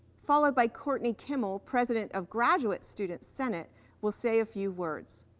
followed by courtney kimmel, president of graduate student senate will say a few words.